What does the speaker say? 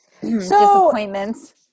disappointments